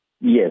Yes